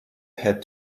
had